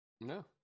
No